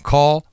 Call